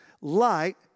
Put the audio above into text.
light